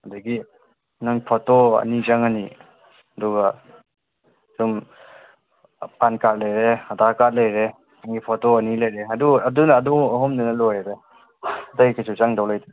ꯑꯗꯒꯤ ꯅꯪ ꯐꯣꯇꯣ ꯑꯅꯤ ꯆꯪꯉꯅꯤ ꯑꯗꯨꯒ ꯑꯗꯨꯝ ꯀꯥꯔ꯭ꯗ ꯂꯩꯔꯦ ꯀꯥꯔ꯭ꯗ ꯂꯩꯔꯦ ꯅꯪꯒꯤ ꯐꯣꯇꯣ ꯑꯅꯤ ꯂꯩꯔꯦ ꯑꯗꯨ ꯑꯍꯨꯝꯗꯨꯅ ꯂꯣꯏꯔꯦ ꯑꯇꯩ ꯀꯔꯤꯁꯨ ꯆꯪꯗꯣꯏ ꯂꯩꯇ꯭ꯔꯦ